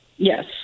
Yes